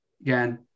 again